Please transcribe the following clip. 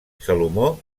salomó